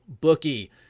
bookie